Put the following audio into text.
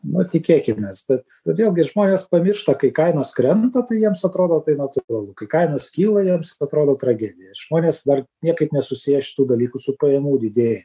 nu tikėkimės bet vėlgi žmonės pamiršta kai kainos krenta tai jiems atrodo tai natūralu kai kainos kyla jiems atrodo tragedija žmonės dar niekaip nesusieja šitų dalykų su pajamų didėjimu